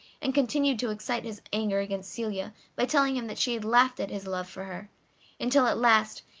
and continued to excite his anger against celia by telling him that she had laughed at his love for her until at last,